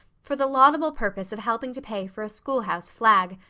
for the laudable purpose of helping to pay for a schoolhouse flag.